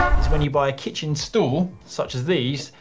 is when you buy a kitchen stool, such as these,